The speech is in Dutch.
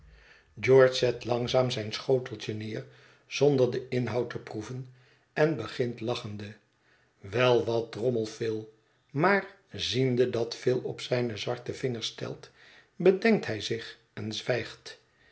george zet langzaam zijn schoteltje neer zonder den inhoud te proeven en begint lachende wel wat drommel phil maar ziende dat phil op zijne zwarte vingers telt bedenkt hij zich en zwijgt